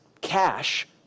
cash